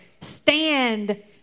stand